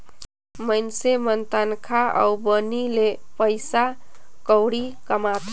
मइनसे मन तनखा अउ बनी ले पइसा कउड़ी कमाथें